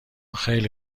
خیلی